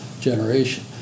generation